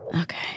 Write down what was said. okay